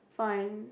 fine